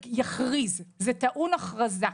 הגורם הזה יכריז - זה טעון הכרזה.